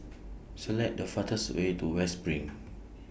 Select The fastest Way to West SPRING